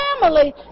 family